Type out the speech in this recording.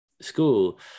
school